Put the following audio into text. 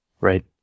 Right